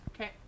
Okay